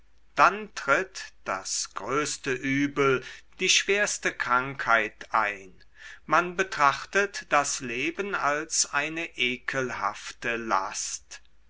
dann tritt das größte übel die schwerste krankheit ein man betrachtet das leben als eine ekelhafte last